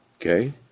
Okay